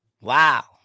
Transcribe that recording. Wow